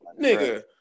Nigga